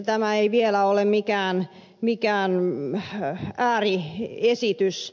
tämä ei vielä ole mikään ääriesitys